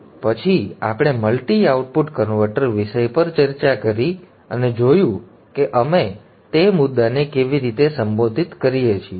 અને પછી અમે મલ્ટિ આઉટપુટ કન્વર્ટર વિષય પર ચર્ચા કરી અને જોયું કે અમે તે મુદ્દાને કેવી રીતે સંબોધિત કરીએ છીએ